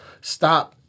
stop